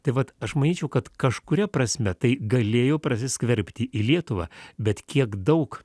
tai vat aš manyčiau kad kažkuria prasme tai galėjo prasiskverbti į lietuvą bet kiek daug